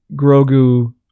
Grogu